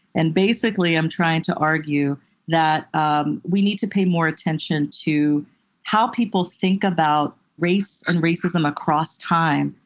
and basically, i'm trying to argue that um we need to pay more attention to how people think about race and racism across time.